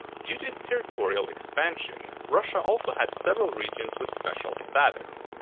due to its territorial expansion, russia also had several regions with special status.